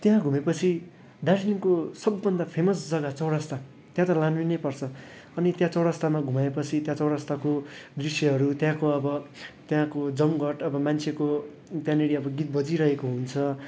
त्यहाँ घुमेपछि दार्जिलिङको सबभन्दा फेमस जग्गा चौरस्ता त्यहाँ त लानु नै पर्छ अनि त्यहाँ चौरस्तामा घुमाएपछि त्यहाँ चौरस्ताको दृश्यहरू त्यहाँको अब त्यहाँको जमघट अब मान्छेको त्यहाँनिर अब गीत बजिरहेको हुन्छ